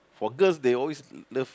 for girls they always love